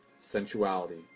Sensuality